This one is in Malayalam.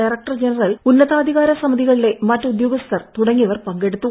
ഡയറക്ടർ ജനറൽ ഉന്നതാധികാര സമിതികളിലെ മറ്റ് ഉദ്യോഗസ്ഥർ തുടങ്ങിയവർ പങ്കെടുത്തു